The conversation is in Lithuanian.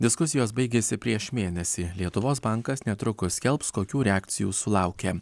diskusijos baigėsi prieš mėnesį lietuvos bankas netrukus skelbs kokių reakcijų sulaukė